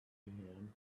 him